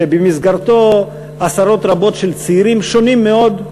שבמסגרתו עשרות רבות של צעירים שונים מאוד,